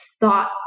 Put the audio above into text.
thought